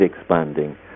expanding